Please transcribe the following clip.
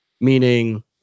meaning